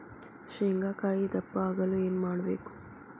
ಶೇಂಗಾಕಾಯಿ ದಪ್ಪ ಆಗಲು ಏನು ಮಾಡಬೇಕು?